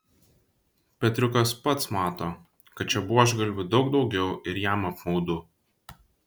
petriukas pats mato kad čia buožgalvių daug daugiau ir jam apmaudu